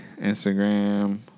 Instagram